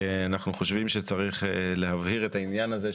אנחנו חושבים שצריך להבהיר את העניין הזה,